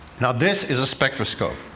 now, this is a spectroscope,